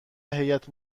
هیات